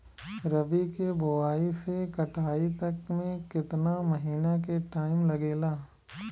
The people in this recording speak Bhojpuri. रबी के बोआइ से कटाई तक मे केतना महिना के टाइम लागेला?